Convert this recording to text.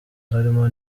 harimo